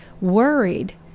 worried